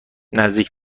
نزدیک